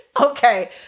Okay